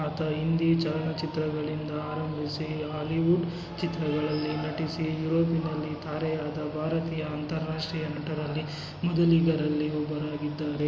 ಆತ ಹಿಂದಿ ಚಲನಚಿತ್ರಗಳಿಂದ ಆರಂಭಿಸಿ ಆಲಿವುಡ್ ಚಿತ್ರಗಳಲ್ಲಿ ನಟಿಸಿ ಯುರೋಪಿನಲ್ಲಿ ತಾರೆಯಾದ ಭಾರತೀಯ ಅಂತಾರಾಷ್ಟ್ರೀಯ ನಟರಲ್ಲಿ ಮೊದಲಿಗರಲ್ಲಿ ಒಬ್ಬರಾಗಿದ್ದಾರೆ